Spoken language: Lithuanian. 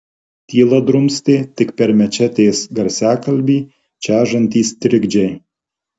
tylą drumstė tik per mečetės garsiakalbį čežantys trikdžiai